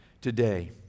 Today